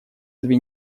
две